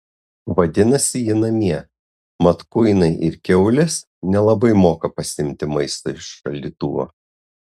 vadinasi ji namie mat kuinai ir kiaulės nelabai moka pasiimti maisto iš šaldytuvo